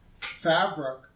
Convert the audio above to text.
fabric